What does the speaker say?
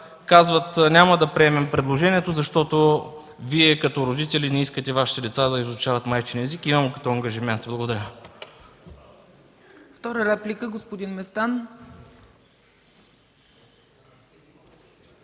казват: „Няма да приемем предложението, защото Вие като родители не искате Вашите деца да изучават майчин език”. Имам го като ангажимент. Благодаря.